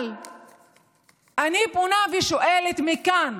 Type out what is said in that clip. אבל אני פונה ושואלת מכאן